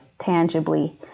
tangibly